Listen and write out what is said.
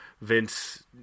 Vince